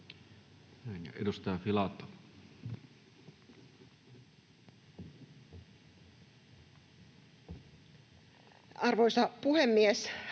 nostaa esille. Arvoisa puhemies!